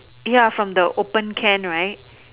ya from the opened can right